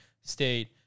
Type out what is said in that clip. State